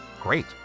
great